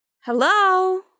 hello